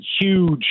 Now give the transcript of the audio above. huge